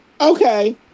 Okay